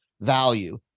value